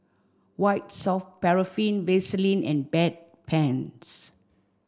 White Soft Paraffin Vaselin and Bedpans